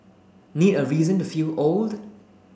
need a reason to feel old